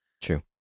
True